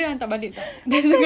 ya that's all I think I will go